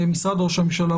משרד ראש הממשלה,